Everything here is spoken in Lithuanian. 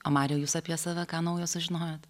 o mariau jūs apie save ką naujo sužinojot